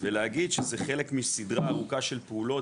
ולהגיד שזה חלק מסדרה ארוכה של פעולות